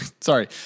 sorry